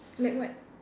like what